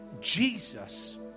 Jesus